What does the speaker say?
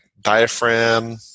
diaphragm